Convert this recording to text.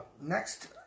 next